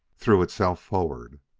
threw itself forward.